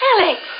Alex